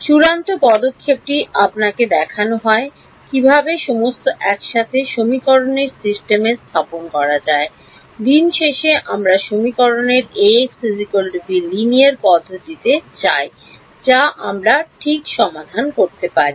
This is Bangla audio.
চূড়ান্ত পদক্ষেপটি আপনাকে দেখানো হয় কীভাবে সমস্ত একসাথে সমীকরণের সিস্টেমে স্থাপন করা যায় দিন শেষে আমরা সমীকরণের Ax b লিনিয়ার পদ্ধতিতে চাই যা আমরা ঠিক সমাধান করতে পারি